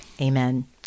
amen